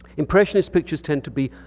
impressionist pictures tend to be,